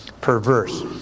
perverse